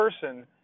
person